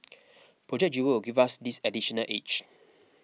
Project Jewel will give us this additional edge